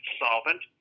solvent